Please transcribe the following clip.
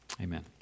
Amen